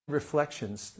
reflections